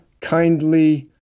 kindly